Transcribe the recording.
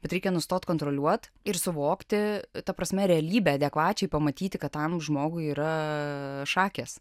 bet reikia nustot kontroliuot ir suvokti ta prasme realybę adekvačiai pamatyti kad tam žmogui yra šakės